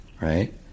right